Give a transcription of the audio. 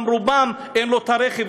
לרובם אין רכב,